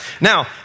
Now